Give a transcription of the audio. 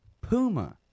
Puma